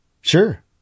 Sure